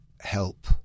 help